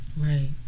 Right